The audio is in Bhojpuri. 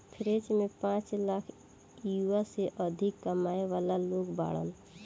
फ्रेंच में पांच लाख यूरो से अधिक कमाए वाला लोग बाड़न